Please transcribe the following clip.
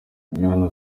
bwana